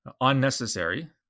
Unnecessary